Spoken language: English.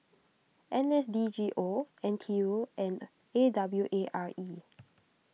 N S D G O N T U and A W A R E